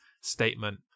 Statement